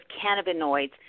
cannabinoids